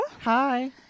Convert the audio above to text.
Hi